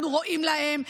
אנחנו רואים להם,